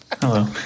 Hello